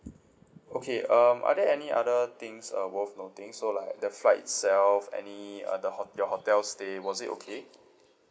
okay um are there any other things uh worth noting so like the flight itself any uh the hotel your hotel stay was it okay